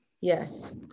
Yes